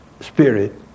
spirit